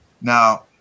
Now